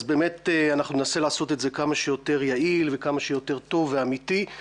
אז באמת אנחנו ננסה לעשות את זה כמה שיותר יעיל וכמה שיותר טוב ואמיתי.